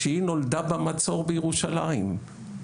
שהיא נולדה במצור בירושלים,